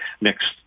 next